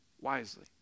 wisely